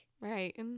Right